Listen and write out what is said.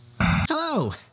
Hello